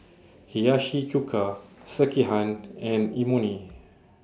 Hiyashi Chuka Sekihan and Imoni